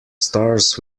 stars